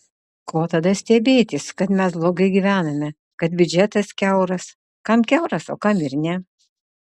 ko tada stebėtis kad mes blogai gyvename kad biudžetas kiauras kam kiauras o kam ir ne